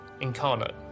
incarnate